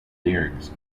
lyrics